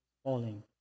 falling